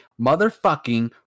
motherfucking